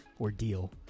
ordeal